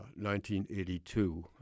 1982